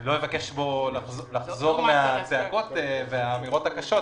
לא אבקש ממנו לחזור בו מהצעקות ומהאמירות הקשות,